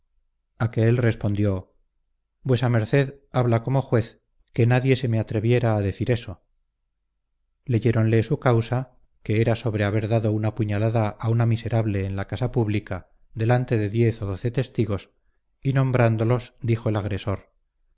a que él respondió vuesa merced habla como juez que nadie se me atreviera a decir eso leyéronle su causa que era sobre haber dado una puñalada a una miserable en la casa pública delante de diez o doce testigos y nombrándolos dijo el agresor